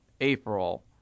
April